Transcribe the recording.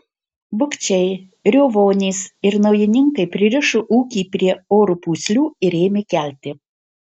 bukčiai riovonys ir naujininkai pririšo ūkį prie oro pūslių ir ėmė kelti